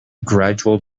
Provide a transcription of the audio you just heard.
gradual